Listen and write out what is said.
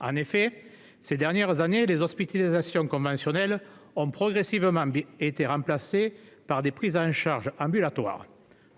En effet, ces dernières années, les hospitalisations conventionnelles ont progressivement été remplacées par des prises en charge ambulatoires.